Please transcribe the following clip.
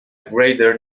greater